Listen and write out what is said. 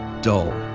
dull,